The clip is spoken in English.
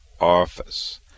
office